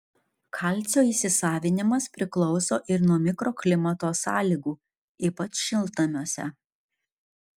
kalcio įsisavinimas priklauso ir nuo mikroklimato sąlygų ypač šiltnamiuose